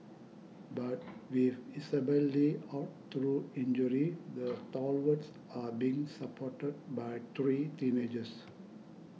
but with Isabelle Li out through injury the stalwarts are being supported by three teenagers